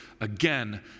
again